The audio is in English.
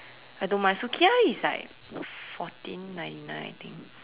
I don't mind Sukiya is like fourteen ninety nine I think